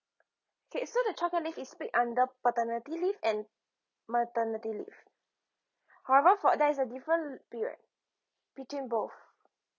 okay so the childcare leave is paid under paternity leave and maternity leave however for there is a different period between both